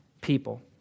people